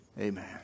Amen